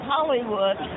Hollywood